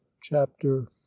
Chapter